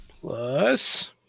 Plus